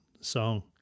song